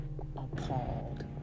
appalled